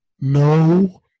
no